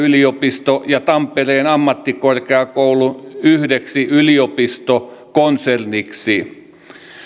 yliopisto ja tampereen ammattikorkeakoulu yhdeksi yliopistokonserniksi